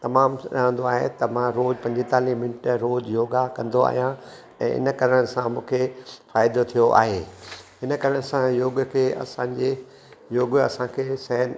तमामु रहंदो आहे त मां रोज़ु पंजेतालीह मिनट रोज़ु योगा कंदो आहियां ऐं इन करण सां मूंखे फ़ाइदो थियो आहे इन करण सां योग खे असांजे योग असांखे सिहत